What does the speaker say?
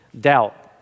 doubt